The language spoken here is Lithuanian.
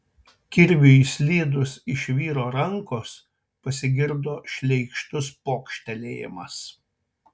kirviui išslydus iš vyro rankos pasigirdo šleikštus pokštelėjimas